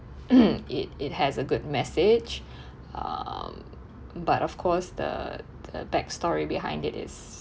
it it has a good message um but of course the the backstory behind it is